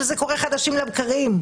שזה קורה חדשות לבקרים.